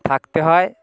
থাকতে হয়